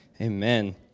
amen